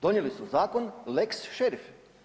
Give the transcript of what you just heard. Donijeli su zakon „lex šerif“